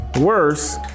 Worse